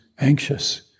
anxious